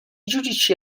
giudici